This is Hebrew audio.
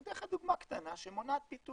אני אתן לך דוגמה קטנה שמונעת פיתוח.